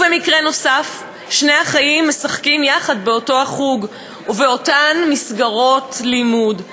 ובמקרה נוסף שני אחאים משחקים יחד באותו חוג ובאותן מסגרות לימוד.